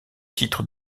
titre